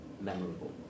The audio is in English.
memorable